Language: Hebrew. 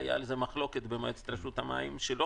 הייתה על זה מחלוקת במועצת רשות המים שלא